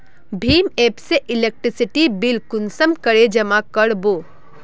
भीम app से electricity bill कुंसम करे जमा कर बो?